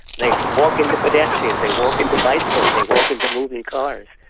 they walk into pedestrians, they walk into bicycles, they walk into moving cars.